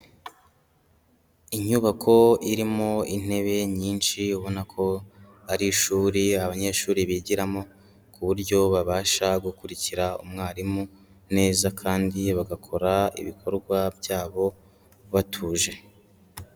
Inyubako irimo intebe nyinshi ubona ko ari ishuri abanyeshuri bigiramo, ku buryo babasha gukurikira umwarimu neza kandi bagakora ibikorwa byabo batuje.